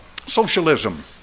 socialism